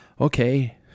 okay